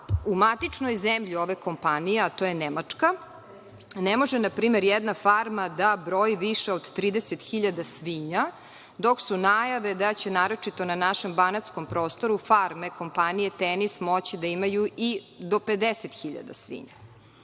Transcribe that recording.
u matičnoj zemlji ove kompanije, a to je Nemačka, ne može npr. jedna farma da broji više od 30.000 svinja dok su najave da će naročito na našem banatskom prostoru farme kompanije „Tenis“ moći da imaju i do 50.000 svinja. Takođe